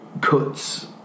cuts